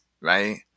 right